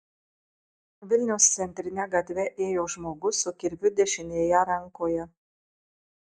vilniaus centrine gatve ėjo žmogus su kirviu dešinėje rankoje